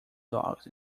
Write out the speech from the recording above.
dogs